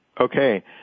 Okay